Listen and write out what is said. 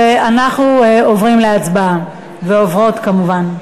אנחנו עוברים להצבעה, ועוברות כמובן.